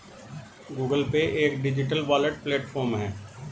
Google pay एक digital wallet platform है